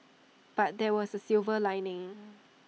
but there was A silver lining